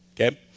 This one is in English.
okay